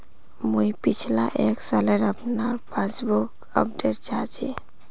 मुई पिछला एक सालेर अपना पासबुक अपडेट चाहची?